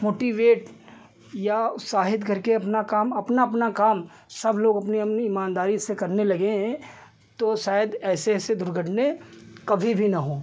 motivate या उत्साहित करके अपना काम अपना अपना काम सब लोग अपनी अपनी ईमानदारी से करने लगें तो शायद ऐसी ऐसी दुर्घटना कभी भी न हों